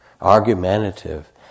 argumentative